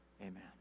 Amen